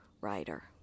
writer